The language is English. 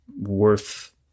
worth